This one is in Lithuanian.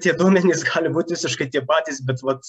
tie duomenys gali būt visiškai tie patys bet vat